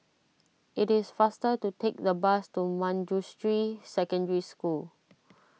it is faster to take the bus to Manjusri Secondary School